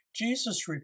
Jesus